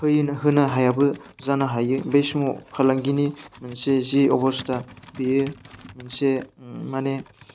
होनो हायाबो जानो हायो बे समाव फालांगिनि मोनसे जि अबस्था बेयो मोनसे माने